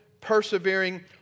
persevering